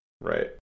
right